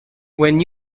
when